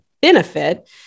benefit